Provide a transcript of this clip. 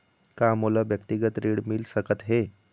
का मोला व्यक्तिगत ऋण मिल सकत हे?